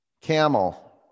Camel